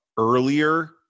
earlier